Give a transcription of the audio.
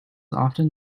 often